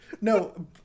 No